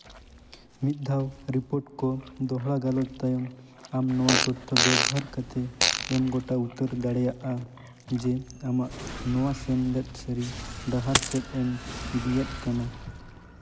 ᱢᱤᱫ ᱫᱷᱟᱣ ᱨᱤᱯᱳᱨᱴ ᱠᱚ ᱫᱚᱦᱲᱟ ᱜᱟᱞᱚᱪ ᱛᱟᱭᱚᱢ ᱟᱢ ᱱᱚᱣᱟ ᱛᱚᱛᱛᱷᱚ ᱵᱮᱵᱚᱦᱟᱨ ᱠᱟᱛᱮᱫ ᱮᱢ ᱜᱳᱴᱟ ᱩᱛᱟᱹᱨ ᱫᱟᱲᱮᱭᱟᱜᱼᱟ ᱡᱮ ᱱᱚᱣᱟ ᱥᱮᱨᱢᱟ ᱡᱮ ᱟᱢᱟᱜ ᱱᱚᱣᱟ ᱥᱮᱢᱞᱮᱫ ᱥᱟᱹᱨᱤ ᱰᱟᱦᱟᱨ ᱥᱮᱫ ᱮᱢ ᱤᱫᱤᱭᱮᱫ ᱠᱟᱱᱟ